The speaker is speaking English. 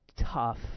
tough